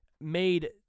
made